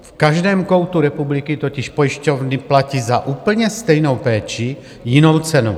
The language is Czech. V každém koutu republiky totiž pojišťovny platí za úplně stejnou péči jinou cenu.